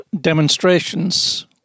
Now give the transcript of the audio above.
demonstrations